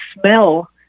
smell